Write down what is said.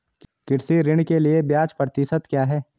कृषि ऋण के लिए ब्याज प्रतिशत क्या है?